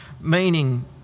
meaning